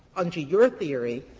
under your theory,